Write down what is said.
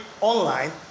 online